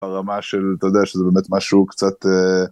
ברמה של, אתה יודע, שזה באמת משהו קצת...